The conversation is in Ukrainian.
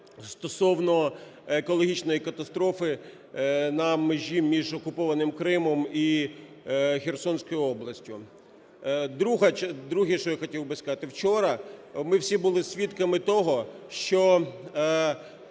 стосовно екологічної катастрофи на межі між окупованим Кримом і Херсонською областю. Друге, що я хотів би сказати. Вчора ми всі були свідками того, що